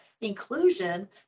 inclusion